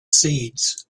seeds